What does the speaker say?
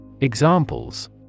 Examples